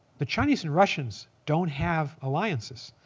the chinese and russians don't have alliances.